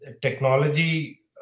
technology